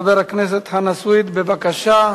חבר הכנסת חנא סוייד, בבקשה.